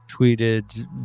tweeted